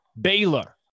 Baylor